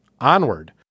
Onward